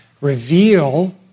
reveal